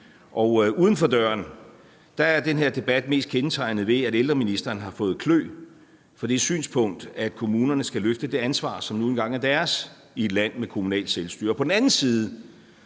og uden for døren er den her debat mest kendetegnet ved, at ældreministeren har fået klø for det synspunkt, at kommunerne skal løfte det ansvar, som nu engang er deres i et land med kommunalt selvstyre.